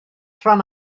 rhan